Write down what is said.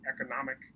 economic